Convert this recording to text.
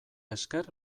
esker